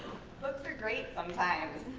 books are great sometimes.